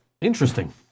Interesting